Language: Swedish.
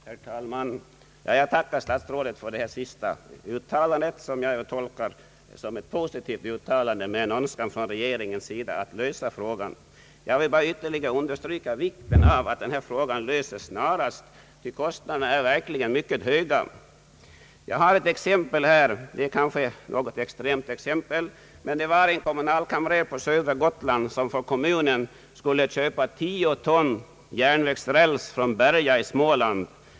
Herr talman! Jag tackar statsrådet för det sista uttalandet som jag tolkar som ett positivt uttalande med en önskan från regeringen att lösa frågan. Jag vill bara ytterligare understryka vikten av att denna fråga löses snarast, ty kostnaderna är verkligen mycket höga. Jag har här ett exempel, kanske något extremt. En kommunalkamrer på södra Gotland skulle för kommunen köpa 10 ton järnvägsräls från Berga i Småland.